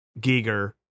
Giger